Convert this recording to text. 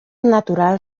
natural